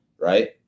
Right